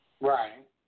Right